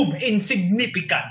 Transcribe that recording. insignificant